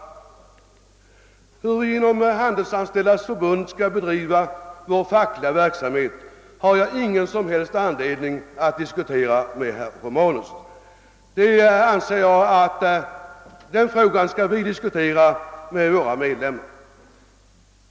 Spörsmålet hur vi inom Handelsanställdas förbund skall bedriva vår fackliga verksamhet har jag ingen som helst anledning att diskutera med herr Romanus, ty jag anser att den frågan bör diskuteras med våra medlemmar.